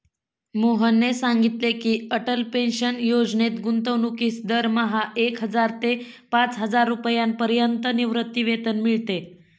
मोहनने सांगितले की, अटल पेन्शन योजनेत गुंतवणूकीस दरमहा एक हजार ते पाचहजार रुपयांपर्यंत निवृत्तीवेतन मिळते